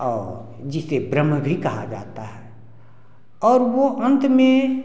और जिसे ब्रह्म भी कहा जाता है और वो अंत में